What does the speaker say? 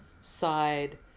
side